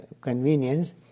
convenience